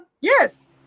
Yes